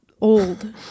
old